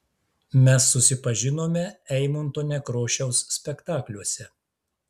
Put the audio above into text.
mes susipažinome eimunto nekrošiaus spektakliuose